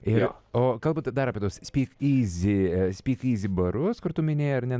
ir o galbūt dar apie tuos spykizi spykizi barus kur tu minėjai ar ne